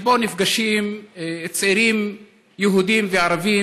שבו נפגשים צעירים יהודים וערבים,